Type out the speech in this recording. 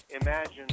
imagine